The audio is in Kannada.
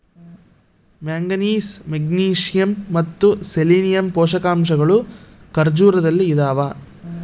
ಮ್ಯಾಂಗನೀಸ್ ಮೆಗ್ನೀಸಿಯಮ್ ಮತ್ತು ಸೆಲೆನಿಯಮ್ ಪೋಷಕಾಂಶಗಳು ಖರ್ಜೂರದಲ್ಲಿ ಇದಾವ